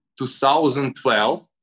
2012